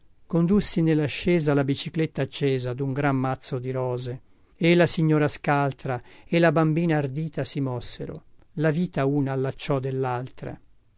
condussi nellascesa la bicicletta accesa dun gran mazzo di rose e la signora scaltra e la bambina ardita si mossero la vita una allacciò dellaltra